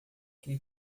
que